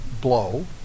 blow